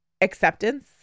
acceptance